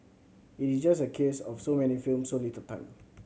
it is just a case of so many films so little time